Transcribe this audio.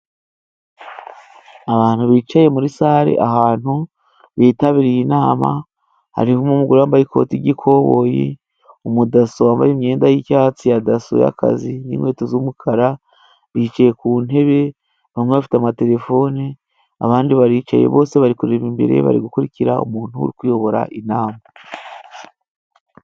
Abantu bicaye muri sale ahantu bitabiriye inama ,hari umugore wambaye ikoti ry'ikoboyi ,umudaso wambaye imyenda yicyatsi ya daso y'akazi n'inkweto z'umukara ,bicaye ku ntebe, bamwe bafite amaterefone abandi baricaye ,bose bari kureba imbere, bari gukurikira umuntu uri kuyobora inama.